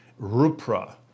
rupra